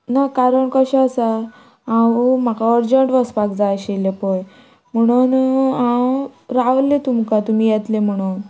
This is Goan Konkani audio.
ना कारण कशें आसा हांव म्हाका अर्जंट वचपाक जाय आशिल्लें पय म्हणोन हांव रावलें तुमकां तुमी येतले म्हणून